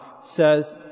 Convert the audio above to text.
says